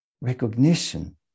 recognition